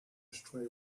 ashtray